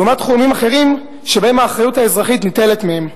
לעומת תחומים אחרים שבהם האחריות האזרחית ניטלת מהם.